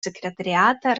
секретариата